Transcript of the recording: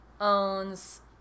owns